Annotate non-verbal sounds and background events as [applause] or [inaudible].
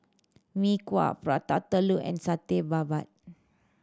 Mee Kuah Prata Telur and Satay Babat [noise]